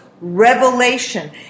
revelation